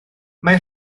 maen